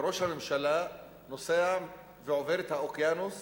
וראש הממשלה נוסע ועובר את האוקיינוס